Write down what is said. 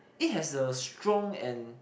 it has a strong and